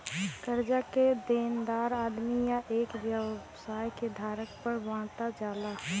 कर्जा के देनदार आदमी या एक व्यवसाय के आधार पर बांटल जाला